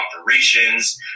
operations